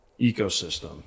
ecosystem